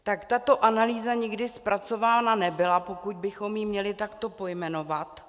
Tak tato analýza nikdy zpracována nebyla, pokud bychom ji měli takto pojmenovat.